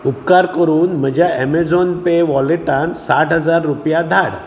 उपकार करून म्हज्या अमेझॉन पे वॉलेटांत साठ हजार रुपया धाड